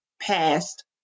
past